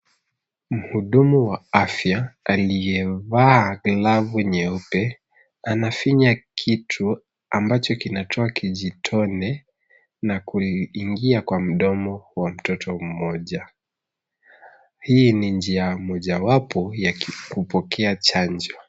Mhudumu wa afya aliyeva glavu nyeupe, anafinya kitu ambacho kinatoa kijitone, na kuliingia kwa mdomo wa mtoto mmoja. Hii ni njia mojawapo ya kupokea chanjo.